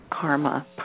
karma